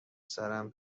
سرم